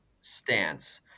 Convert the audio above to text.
stance